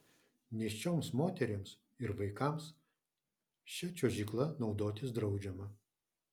nėščioms moterims ir vaikams šia čiuožykla naudotis draudžiama